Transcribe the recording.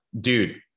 dude